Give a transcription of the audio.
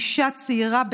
אישה צעירה,